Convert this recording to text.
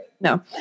No